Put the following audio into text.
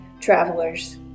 travelers